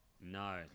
No